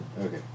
Okay